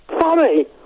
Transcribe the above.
funny